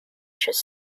should